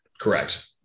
Correct